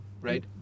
Right